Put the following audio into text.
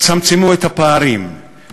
צמצמו את הפערים,